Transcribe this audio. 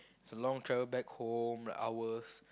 it's a long travel back home the hours